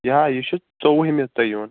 یہِ ہا یہِ چھِ ژوٚوُہ مہِ تۄہہِ یُن